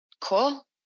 Cool